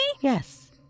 Yes